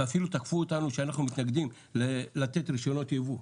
ואפילו תקפו אותנו שאנחנו מתנגדים לתת רישיונות ייבוא.